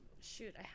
Shoot